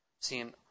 Seeing